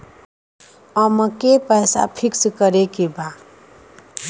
अमके पैसा फिक्स करे के बा?